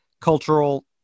cultural